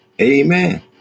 Amen